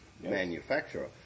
manufacturer